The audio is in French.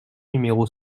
numéro